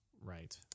Right